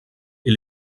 est